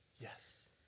Yes